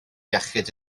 iechyd